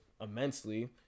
immensely